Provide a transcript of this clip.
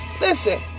listen